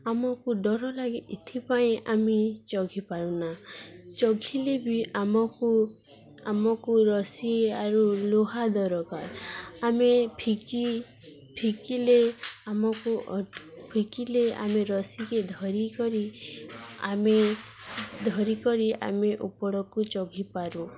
ଆମକୁ ଡର ଲାଗେ ଏଥିପାଇଁ ଆମେ ଚଢ଼ିପାରୁନା ଚଢ଼ିଲେ ବି ଆମକୁ ଆମକୁ ରସି ଆରୁ ଲୁହା ଦରକାର ଆମେ ଫିଙ୍ଗି ଫିଙ୍ଗିଲେ ଆମକୁ ଫିଙ୍ଗିଲେ ଆମେ ରସିକି ଧରିକରି ଆମେ ଧରିକରି ଆମେ ଉପରକୁ ଚଢ଼ିପାରୁ